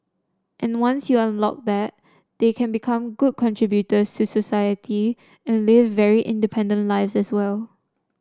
and once you unlock that they can become good contributors to society and live very independent lives as well